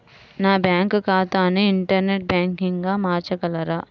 నా బ్యాంక్ ఖాతాని ఇంటర్నెట్ బ్యాంకింగ్గా మార్చగలరా?